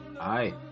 Aye